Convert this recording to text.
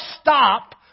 stop